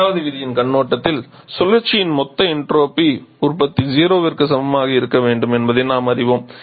இரண்டாவது விதியின் கண்ணோட்டத்தில் சுழற்சியின் மொத்த என்ட்ரோபி உற்பத்தி 0 ற்கு சமமாக இருக்க வேண்டும் என்பதை நாம் அறிவோம்